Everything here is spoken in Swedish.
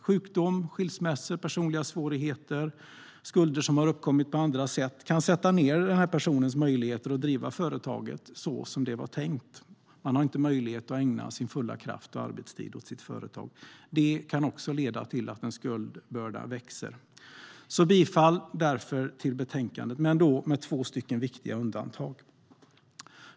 Sjukdom, skilsmässa, personliga svårigheter och skulder som har uppkommit på andra sätt kan sätta ned ens möjligheter att driva företaget så som det var tänkt. Man har inte möjlighet att ägna sin fulla kraft och arbetstid åt sitt företag. Det kan leda till att en skuldbörda växer. Jag yrkar därför bifall till förslaget i betänkandet - med två viktiga undantag.